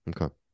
Okay